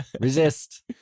Resist